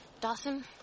Dawson